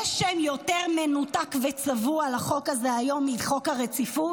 יש שם יותר מנותק וצבוע לחוק הזה היום מ"חוק הרציפות"?